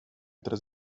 tres